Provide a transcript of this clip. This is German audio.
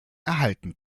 erhalten